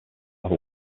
have